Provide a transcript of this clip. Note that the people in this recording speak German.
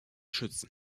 schützen